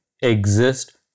exist